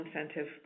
incentive